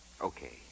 Okay